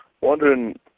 Wondering